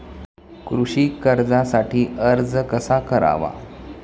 कृषी कर्जासाठी अर्ज कसा करावा?